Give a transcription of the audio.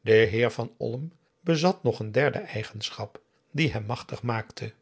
de heer van olm bezat nog een derde eigenschap die hem machtig maakte